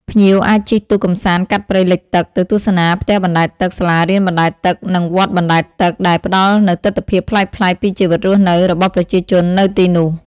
ភ្ញៀវអាចជិះទូកកម្សាន្តកាត់ព្រៃលិចទឹក ទៅទស្សនាផ្ទះបណ្តែតទឹក សាលារៀនបណ្តែតទឹក និងវត្តបណ្តែតទឹក ដែលផ្តល់នូវទិដ្ឋភាពប្លែកៗពីជីវិតរស់នៅរបស់ប្រជាជននៅទីនោះ។